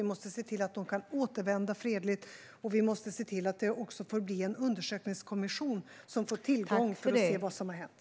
Vi måste se till att dessa människor kan återvända fredligt, och vi måste också se till att det blir en undersökningskommission som får möjlighet att se vad som har hänt.